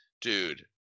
Dude